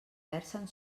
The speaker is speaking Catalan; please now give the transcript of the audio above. versen